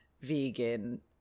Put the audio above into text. vegan